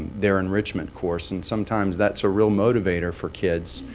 their enrichment course. and sometimes that's a real motivator for kids,